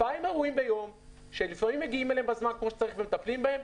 שלפעמים מגיעים אליהם בזמן כמו שצריך ומטפלים בהם,